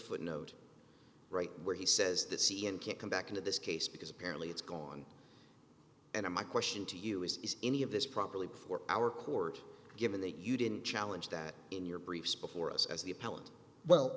footnote right where he says that c n can't come back into this case because apparently it's gone and my question to you is is any of this properly before our court given that you didn't challenge that in your briefs before us as the appellant well